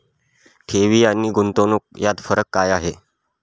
ठेवी आणि गुंतवणूक यात फरक काय आहे?